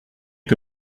que